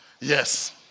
Yes